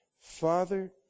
Father